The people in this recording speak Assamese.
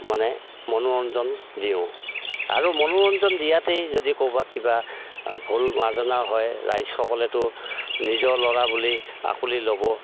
মানে মনোৰঞ্জন দিওঁ আৰু মনোৰঞ্জন দিয়াতেই যদি ক'ৰবাত কিবা ভুল মাৰ্জনা হয় ৰাইজসকলেতো নিজৰ ল'ৰা বুলি আঁকোৱালি ল'ব